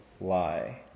lie